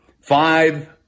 Five